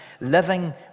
living